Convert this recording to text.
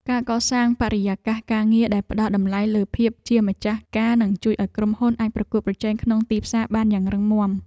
ការកសាងបរិយាកាសការងារដែលផ្តល់តម្លៃលើភាពជាម្ចាស់ការនឹងជួយឱ្យក្រុមហ៊ុនអាចប្រកួតប្រជែងក្នុងទីផ្សារបានយ៉ាងរឹងមាំ។